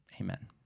amen